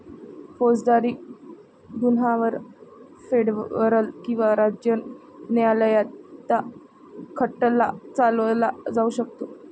फौजदारी गुन्ह्यांवर फेडरल किंवा राज्य न्यायालयात खटला चालवला जाऊ शकतो